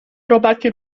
robaki